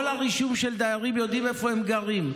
כל הרישום של דיירים, יודעים איפה הם גרים.